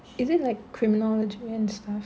is it like criminology and stuff